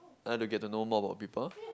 I want to get to know more about people